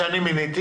שאני מיניתי